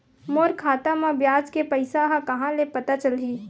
मोर खाता म ब्याज के पईसा ह कहां ले पता चलही?